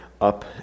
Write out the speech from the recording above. up